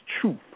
truth